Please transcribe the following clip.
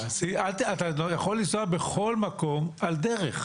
אתה יכול לנסוע בכל מקום, על דרך.